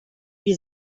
wir